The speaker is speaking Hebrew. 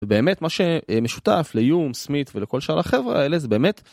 באמת מה שמשותף ליום, סמית, ולכל שאר החברה האלה, זה באמת.